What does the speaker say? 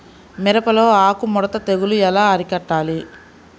మిరపలో ఆకు ముడత తెగులు ఎలా అరికట్టాలి?